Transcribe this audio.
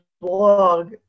blog